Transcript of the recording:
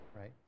right